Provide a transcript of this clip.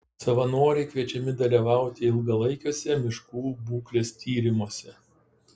savanoriai kviečiami dalyvauti ilgalaikiuose miškų būklės tyrimuose